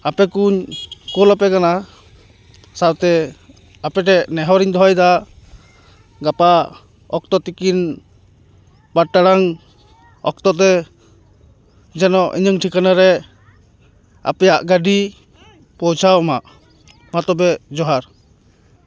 ᱟᱯᱮ ᱠᱚ ᱧ ᱠᱩᱞᱟᱯᱮ ᱠᱟᱱᱟ ᱥᱟᱶᱛᱮ ᱟᱯᱮᱴᱷᱮᱡ ᱱᱮᱦᱚᱨᱤᱧ ᱫᱚᱦᱚᱭ ᱫᱟ ᱜᱟᱯᱟ ᱚᱠᱛᱚ ᱛᱤᱠᱤᱱ ᱵᱟᱨ ᱴᱟᱲᱟᱝ ᱚᱠᱛᱚ ᱛᱮ ᱡᱮᱱᱚ ᱤᱧᱟᱹᱜ ᱴᱷᱤᱠᱟᱹᱱᱟ ᱨᱮ ᱟᱯᱮᱭᱟᱜ ᱜᱟᱹᱰᱤ ᱯᱚᱣᱪᱷᱟᱣᱢᱟ ᱢᱟᱛᱚᱵᱮ ᱡᱚᱦᱟᱨ